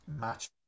match